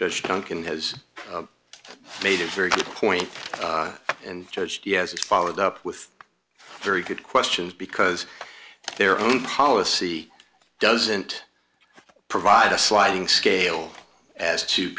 judge duncan has made a very good point and judge he has followed up with very good questions because their own policy doesn't provide a sliding scale as to